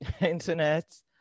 internet